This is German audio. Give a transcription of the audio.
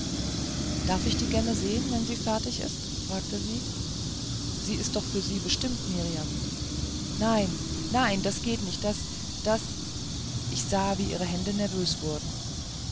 darf ich die gemme sehen wenn sie fertig ist fragte sie sie ist doch für sie bestimmt mirjam nein nein das geht nicht das das ich sah wie ihre hände nervös wurden